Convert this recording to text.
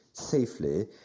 safely